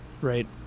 Right